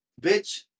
bitch